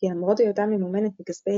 כי למרות היותה ממומנת מכספי ציבור,